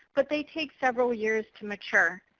but they take several years to mature.